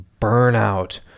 burnout